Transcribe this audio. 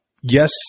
yes